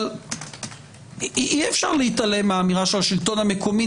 אבל אי-אפשר להתעלם מהאמירה של השלטון המקומי.